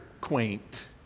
quaint